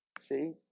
See